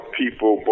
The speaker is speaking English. people